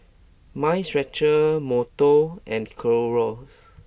Mind Stretcher Monto and Clorox